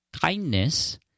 kindness